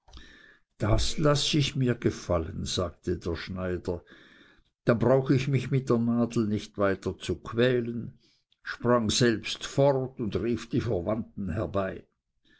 das laß ich mir gefallen sagte der schneider dann brauch ich mich mit der nadel nicht weiter zu quälen sprang selbst fort und rief die verwandten herbei